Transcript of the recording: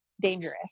dangerous